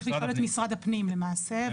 צריך לשאול את משרד הפנים למעשה,